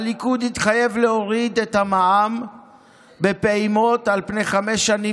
הליכוד התחייב להוריד את המע"מ בפעימות על פני חמש שנים,